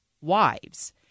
wives